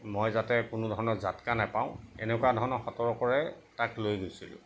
মই যাতে কোনো ধৰণৰ জাতকা নাপাওঁ এনেকুৱা ধৰণৰ সতৰ্কতাৰে তাক লৈ গৈছিলোঁ